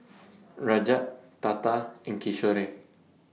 Rajat Tata and Kishore